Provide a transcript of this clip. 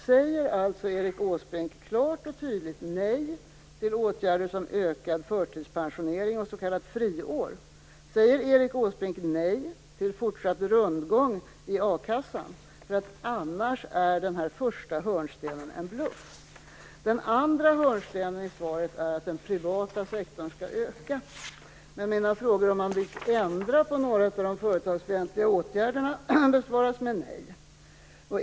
Säger Erik Åsbrink alltså klart och tydligt nej till åtgärder som ökar förtidspensionering och till s.k. friår? Säger han nej till fortsatt rundgång i a-kassan? Annars är nämligen den första hörnstenen en bluff. Den andra hörnstenen i svaret är att den privata sektorn skall öka. Men mina frågor om ifall regeringen vill ändra på några av de företagsfientliga åtgärderna besvaras med nej.